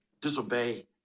disobey